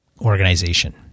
organization